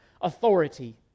authority